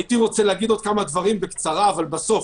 הייתי רוצה להגיד עוד כמה דברים בקצרה, אבל בסוף.